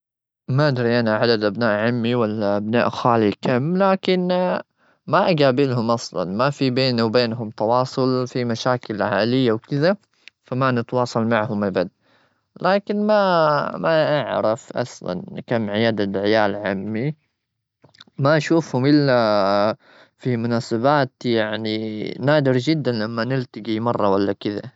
ما أدري، أنا عدد أبناء عمي ولا أبناء خالي كم، لكن، ما أقابلهم أصلا. ما في بيني وبينهم تواصل، في مشاكل عائلية وكذا، فما نتواصل معهم أبد. لكن، ما-ما أعرف أصلا إن كم عدد عيال عمي. ما أشوفهم إلا في مناسبات، يعني نادر جدا لما نلتقي مرة ولا كذا.